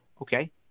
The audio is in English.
Okay